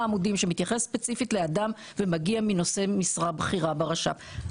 עמודים שמתייחס ספציפית לאדם ומגיע מנושא משרה בכירה ברשות הפלסטינית.